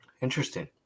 Interesting